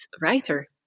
writer